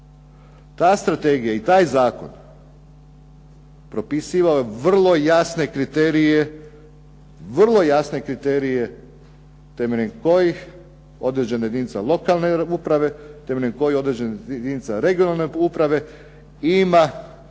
Ta Strategija i taj Zakon propisivao je vrlo jasne kriterije temeljem kojih određene jedinice lokalne uprave, temeljem kojih određena jedinica regionalne uprave ima